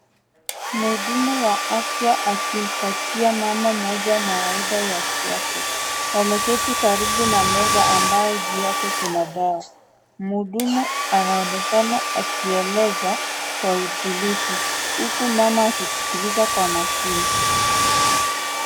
Mhudumu wa afya akimpatia mama mmoja mawaidha ya kiafya. Ameketi karibu na meza ambayo juu yake kuna dawa. Mhudumu anaonekana akieleza kwa utulivu huku mama akisikiliza kwa makini.